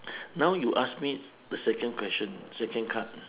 now you ask me the second question second card